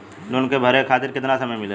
Loan के भरे खातिर कितना समय मिलेला?